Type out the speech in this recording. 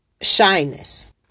shyness